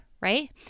right